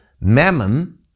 Mammon